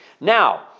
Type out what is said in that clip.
Now